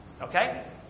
Okay